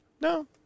No